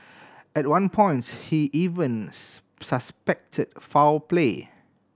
at one points he even suspected foul play